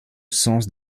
sens